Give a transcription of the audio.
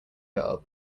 girl